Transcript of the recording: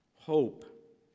hope